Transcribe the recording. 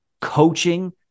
Coaching